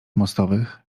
mostowych